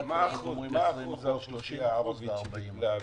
מה אחוז האוכלוסייה הערבית שביטלה?